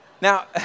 Now